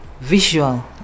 visual